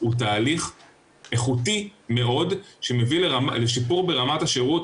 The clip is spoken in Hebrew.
הוא תהליך איכותי מאוד שמביא לשיפור ברמת השירות,